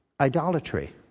idolatry